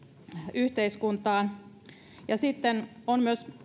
yhteiskuntaan sitten myös